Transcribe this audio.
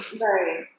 Right